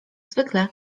zwykle